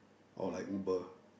or like uber